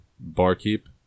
Barkeep